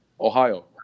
ohio